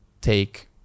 take